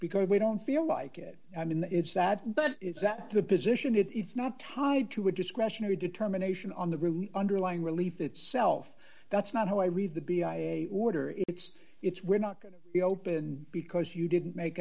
because we don't feel like it i mean it's sad but it's that the position it's not tied to a discretionary determination on the room underlying relief itself that's not how i read the b i a order it's it's we're not going to be open because you didn't make